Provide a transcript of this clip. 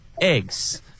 eggs